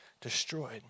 destroyed